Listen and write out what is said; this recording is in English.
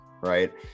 right